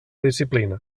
disciplina